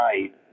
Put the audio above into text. night